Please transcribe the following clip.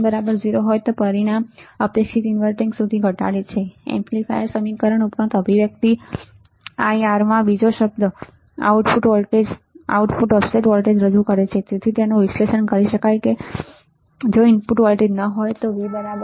નોંધ કરો કે જો Ib1 0 હોય તો પરિણામ અપેક્ષિત ઇનવર્ટિંગ સુધી ઘટાડે છે એમ્પ્લીફાયર સમીકરણ અને ઉપરોક્ત અભિવ્યક્તિ IR માં બીજો શબ્દ આઉટપુટ ઓફસેટ વોલ્ટેજ રજૂ કરે છે • તેનું વિશ્લેષણ કરી શકાય છે કે જો ઇનપુટ જોડાયેલ ન હોય તો V